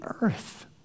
earth